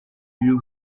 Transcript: you